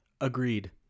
Agreed